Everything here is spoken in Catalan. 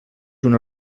una